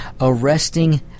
arresting